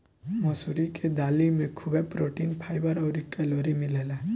मसूरी के दाली में खुबे प्रोटीन, फाइबर अउरी कैलोरी मिलेला